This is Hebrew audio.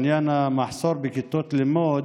עניין המחסור בכיתות לימוד,